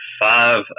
five